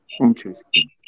Interesting